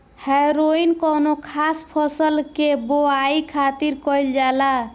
हैरोइन कौनो खास फसल के बोआई खातिर कईल जाला